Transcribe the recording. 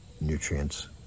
nutrients